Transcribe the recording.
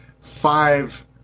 five